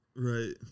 Right